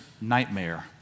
nightmare